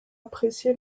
apprécié